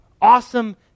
awesome